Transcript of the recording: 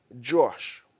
Josh